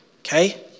okay